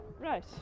Right